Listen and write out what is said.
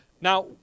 Now